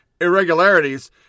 irregularities